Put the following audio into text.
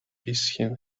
bisschen